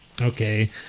Okay